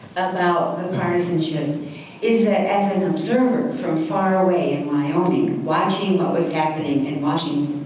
about the partisanship is that as an observer from far away in wyoming. watching what was happening in washington,